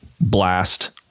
Blast